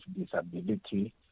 disability